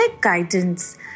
guidance